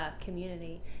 community